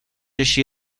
així